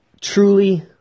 truly